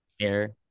Air